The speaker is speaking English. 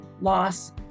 loss